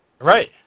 Right